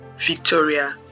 Victoria